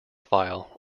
file